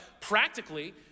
practically